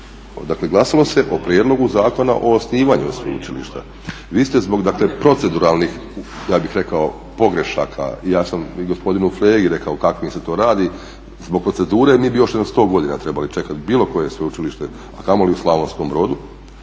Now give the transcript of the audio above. dakle glasalo se o Prijedlogu zakona o osnivanju sveučilišta. Vi ste zbog proceduralnih pogrešaka, ja sam i gospodinu Flegi rekao kakvim se to radi, zbog procedure mi bi još jedno 100 godina trebali čekati, bilo koje sveučilište, a kamoli u Slavonskom Brodu.